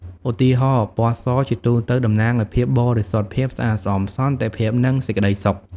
ឧទាហរណ៍ ពណ៌សជាទូទៅតំណាងឱ្យ ភាពបរិសុទ្ធ ភាពស្អាតស្អំ សន្តិភាព និងសេចក្តីសុខ។